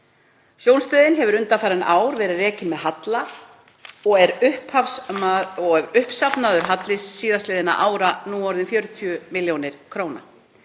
Sjónstöðin hefur undanfarin ár verið rekin með halla og er uppsafnaður halli síðastliðinna ára orðinn 40 milljónir.